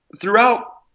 throughout